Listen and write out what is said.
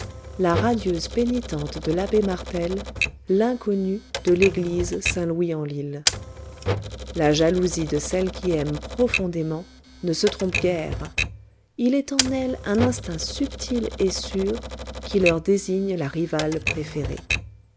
la radieuse pénitente de l'abbé martel l'inconnue de l'église saint louis en lile la jalousie de celles qui aiment profondément ne se trompe guère il est en elles un instinct subtil et sûr qui leur désigne la rivale préférée